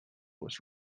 was